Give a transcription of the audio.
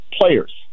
players